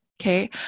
Okay